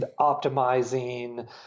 optimizing